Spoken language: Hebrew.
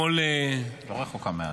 לא רחוקה מהלב.